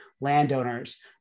landowners